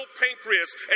pancreas